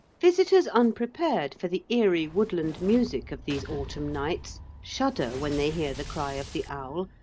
visitors unprepared for the eerie woodland music of these autumn nights shudder when they hear the cry of the owl,